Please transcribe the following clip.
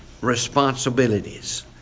responsibilities